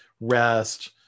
REST